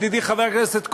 ידידי חבר הכנסת כהן,